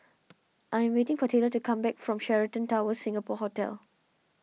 I'm waiting for Taylor to come back from Sheraton Towers Singapore Hotel